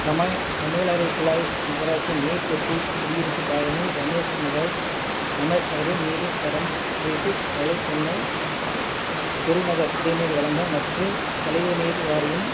சமாய் சமையலறை குழாய் நகராட்சி நீர் தொட்டி குடியிருப்பு காலனி ரமேஷ் நகர் ரமேஷ் நகரில் நீரின் தரம் குறித்து கவலை சென்னை பெருநகர் குடிநீர் வழங்கல் மற்றும் கழிவுநீர் வாரியம்